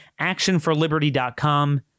actionforliberty.com